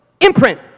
Imprint